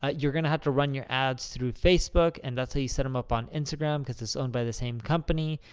ah you're going to have to run your ads through facebook and that's how you set them up on instagram, because it's owned by the same company.